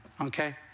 okay